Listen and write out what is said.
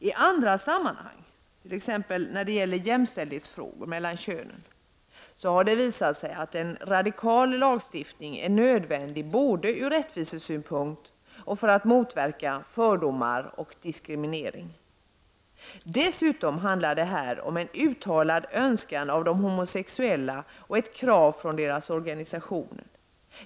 I andra sammanhang, t.ex. när det gäller jämställdhetsfrågor mellan könen, har det visat sig att en radikal lagstiftning är nödvändig både ur rättvisesynpunkt och för att motverka fördomar och diskriminering. Dessutom handlar det här om en uttalad önskan av de homosexuella och ett krav från deras organisationer.